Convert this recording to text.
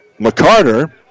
McCarter